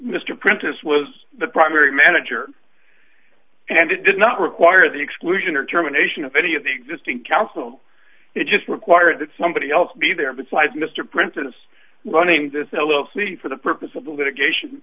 mr prentice was the primary manager and did not require the exclusion or terminations of any of the existing counsel it just required that somebody else be there besides mr prentice running this l l c for the purpose of the litigation